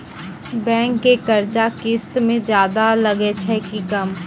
Bank के कर्जा किस्त मे ज्यादा लागै छै कि कम?